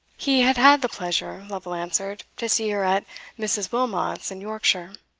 he had had the pleasure, lovel answered, to see her at mrs. wilmot's, in yorkshire.